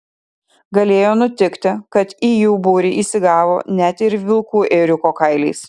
galėjo nutikti kad į jų būrį įsigavo net ir vilkų ėriuko kailiais